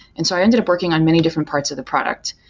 and so i ended up working on many different parts of the product.